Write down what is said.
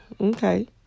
okay